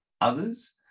others